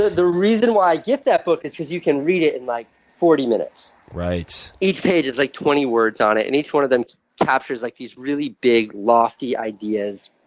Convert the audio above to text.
ah the reason why i gift that book is because you can read it in like forty minutes. right. each page has like twenty words on it, and each one of them captures like these really big, lofty ideas.